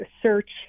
search